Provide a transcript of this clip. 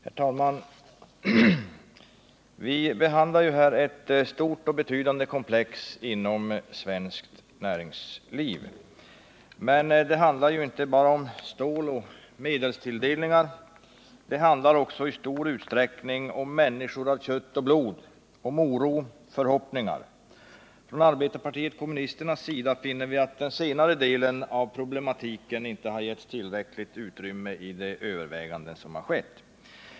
Herr talman! Vi behandlar här ett stort och betydande komplex inom svenskt näringsliv. Men det handlar inte bara om stål och medelstilldelningar. Det handlar också i stor utsträckning om människor av kött och blod, om oro och förhoppningar. Från arbetarpartiet kommunisternas sida finner vi att den senare delen av problematiken inte getts tillräckligt utrymme i de överväganden som skett.